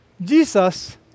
Jesus